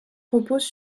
repose